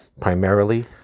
primarily